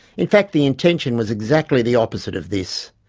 in fact the intention was exactly the opposite of this.